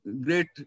great